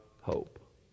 hope